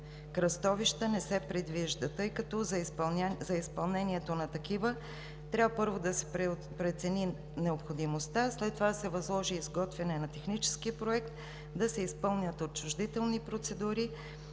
кръстовища не се предвижда, тъй като за изпълнението на такива трябва, първо, да се прецени необходимостта, след това да се възложи изготвянето на технически проект, да се изпълнят отчуждителни процедури